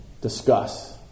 discuss